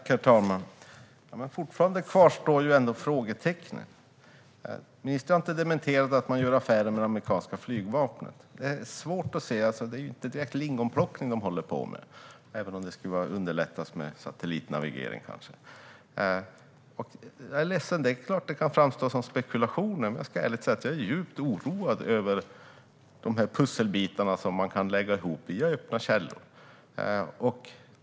Herr talman! Fortfarande kvarstår ändå frågetecknet. Ministern har inte dementerat att man gör affärer med det amerikanska flygvapnet. Det är inte direkt lingonplockning de håller på med - även om det skulle underlättas med hjälp av satellitnavigering. Jag är ledsen, men det är klart att det kan framstå som spekulationer. Jag ska ärligt säga att jag är djupt oroad över pusselbitarna som kan läggas ihop via öppna källor.